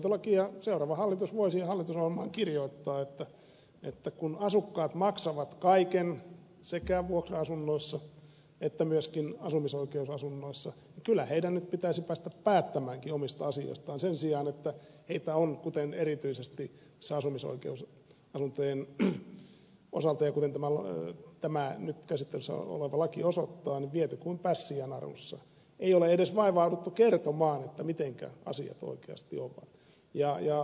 yhteishallintolaista seuraava hallitus voisi hallitusohjelmaan kirjoittaa että kun asukkaat maksavat kaiken sekä vuokra asunnoissa että myöskin asumisoikeusasunnoissa niin kyllä heidän nyt pitäisi päästä päättämäänkin omista asioistaan sen sijaan että heitä on kuten erityisesti asumisoikeusasuntojen osalta ja kuten tämä nyt käsittelyssä oleva laki osoittaa viety kuin pässiä narussa ei ole edes vaivauduttu kertomaan mitenkä asiat oikeasti ovat